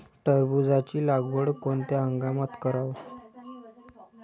टरबूजाची लागवड कोनत्या हंगामात कराव?